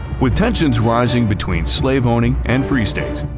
with tensions rising between slave-owning and free states,